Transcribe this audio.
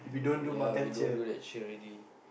yeah we don't do that shit already